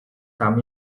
tam